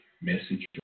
message